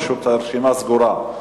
פשוט הרשימה סגורה,